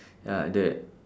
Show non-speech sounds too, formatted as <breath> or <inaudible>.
<breath> ya that